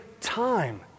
time